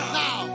now